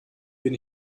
bin